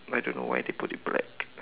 I don't know why they put it black